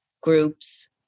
groups